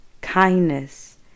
kindness